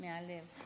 מהלב.